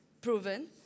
proven